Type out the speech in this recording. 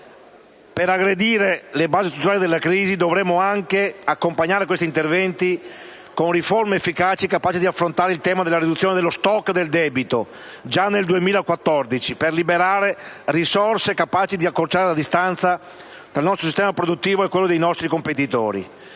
Per aggredire le basi istituzionali della crisi dovremmo anche accompagnare questi interventi con riforme efficaci capaci di affrontare il tema della riduzione dello *stock* del debito già nel 2014 per liberare risorse capaci di accorciare la distanza tra il nostro sistema produttivo e quello dei nostri competitori.